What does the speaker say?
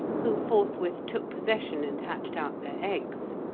who forthwith took possession and hatched out their eggs.